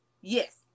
yes